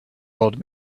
old